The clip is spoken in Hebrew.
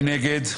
7 נגד,